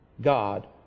God